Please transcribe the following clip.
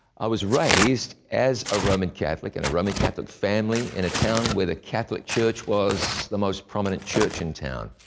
i was raised as a roman catholic in a roman catholic family, in a town where the catholic church was the most prominent church in town.